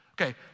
Okay